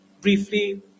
briefly